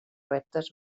reptes